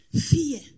Fear